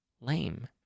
lame